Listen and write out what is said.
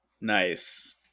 Nice